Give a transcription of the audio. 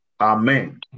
Amen